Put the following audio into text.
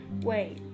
Wait